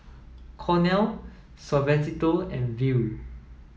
Cornell Suavecito and Viu